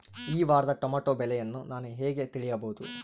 ಈ ವಾರದ ಟೊಮೆಟೊ ಬೆಲೆಯನ್ನು ನಾನು ಹೇಗೆ ತಿಳಿಯಬಹುದು?